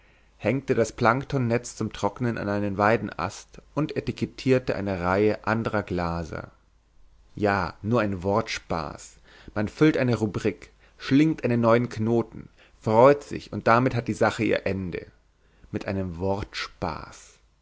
hängte das planktonnetz zum trocknen an einen weidenast und etikettierte eine reihe anderer glaser ja nur ein wortspaß man füllt eine rubrik schlingt einen neuen knoten freut sich und damit hat die sache ihr ende mit einem wortspaß